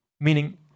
meaning